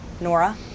Nora